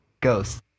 Ghost